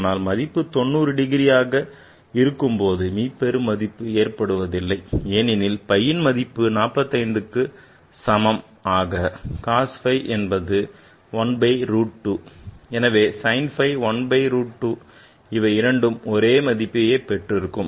ஆனால் மதிப்பு 90 இருக்கும் போது மீப்பெரு மதிப்பு ஏற்படுவதில்லை ஏனெனில் phi மதிப்பு 45க்கு சமம் ஆக cos phi என்பது 1 by root 2 எனவே sin phi 1 by root 2 - இவை இரண்டும் ஒரே மதிப்பையே பெற்றிருக்கும்